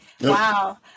Wow